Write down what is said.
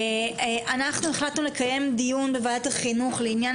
אנחנו החלטנו לקיים דיון בוועדת החינוך לעניין